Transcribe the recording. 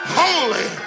holy